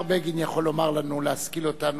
ודאי השר בגין יכול לומר לנו, להשכיל אותנו,